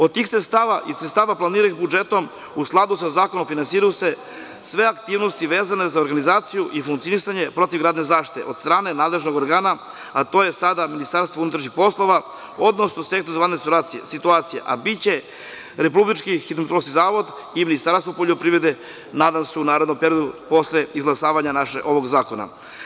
Od tih sredstava i sredstava planiranih budžetom, a u skladu sa Zakonom o finansiranju, finansiraju se sve aktivnosti vezane za organizaciju i funkcionisanje protivgradne zaštite od strane nadležnog organa, a to je sada MUP, odnosno Sektor za vanredne situacije, a biće RHMZ i Ministarstvo poljoprivrede, nadam se, u narednom periodu, posle izglasavanja ovog zakona.